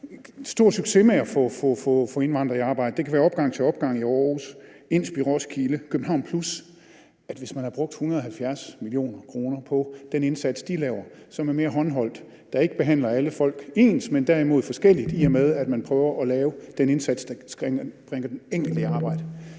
stor succes med at få indvandrere i arbejde – det kan være Opgang til Opgang i Aarhus, INSP! i Roskilde, KBH+ – havde brugt 170 mio. kr. på den indsats, de laver, som er mere håndholdt og ikke behandler alle folk ens, men derimod forskelligt, i og med at man prøver at lave den indsats, der bringer enkelte indsats,